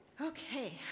Okay